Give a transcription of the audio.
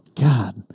God